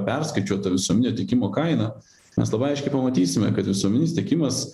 perskaičiuota visuminio teikimo kaina mes labai aiškiai pamatysime kad visuomeninis tiekimas